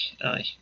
aye